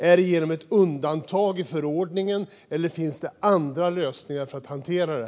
Är det genom ett undantag i förordningen? Eller finns det andra lösningar för att hantera det?